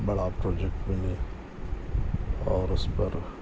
بڑا پروجیکٹ ملے اور اس پر